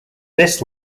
this